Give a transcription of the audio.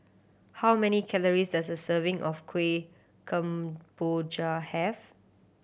how many calories does a serving of Kueh Kemboja have